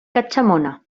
catxamona